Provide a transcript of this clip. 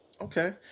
Okay